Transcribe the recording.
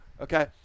Okay